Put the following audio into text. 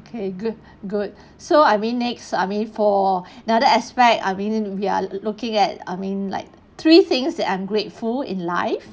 okay good good so I mean next I mean for another aspect I mean we're looking at I mean like three things that I'm grateful in life